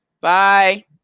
Bye